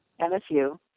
MSU